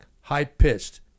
high-pitched